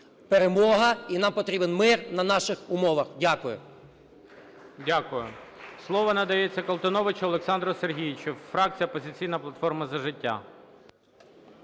перемога і нам потрібен мир на наших умовах. Дякую.